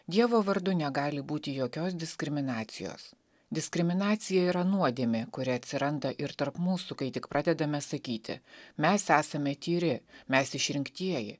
dievo vardu negali būti jokios diskriminacijos diskriminacija yra nuodėmė kuri atsiranda ir tarp mūsų kai tik pradedame sakyti mes esame tyri mes išrinktieji